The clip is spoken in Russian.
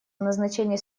назначение